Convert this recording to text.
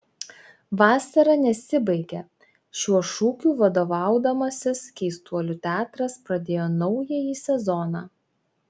vasara nesibaigia šiuo šūkiu vadovaudamasis keistuolių teatras pradėjo naująjį sezoną